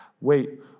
Wait